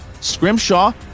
Scrimshaw